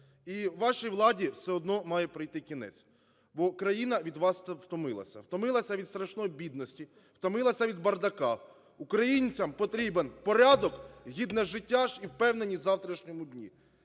І вашій владі все одно має прийти кінець, бо країна від вас втомилася. Втомилася від страшної бідності, втомилася від бардаку. Українцям потрібен порядок, гідне життя і впевненість в завтрашньому дні.